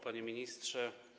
Panie Ministrze!